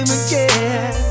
again